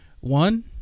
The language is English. one